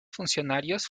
funcionarios